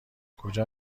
کجا